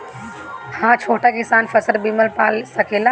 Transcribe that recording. हा छोटा किसान फसल बीमा पा सकेला?